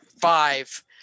five